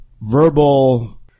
verbal